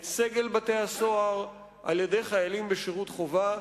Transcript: את סגל בתי-הסוהר, על-ידי חיילים בשירות חובה.